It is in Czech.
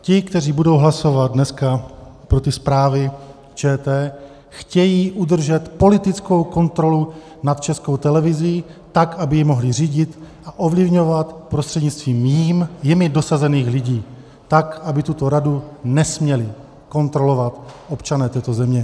Ti, kteří budou hlasovat dneska pro ty zprávy ČT, chtějí udržet politickou kontrolu nad Českou televizí tak, aby ji mohli řídit a ovlivňovat prostřednictvím jimi dosazených lidí, tak aby tuto radu nesměli kontrolovat občané této země.